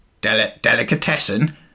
Delicatessen